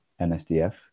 NSDF